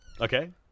Okay